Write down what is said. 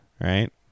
right